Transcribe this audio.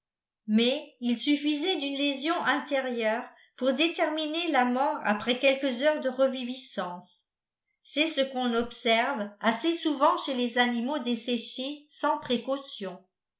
mais il suffisait d'une lésion intérieure pour déterminer la mort après quelques heures de reviviscence c'est ce qu'on observe assez souvent chez les animaux desséchés sans précaution